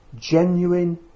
genuine